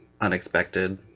unexpected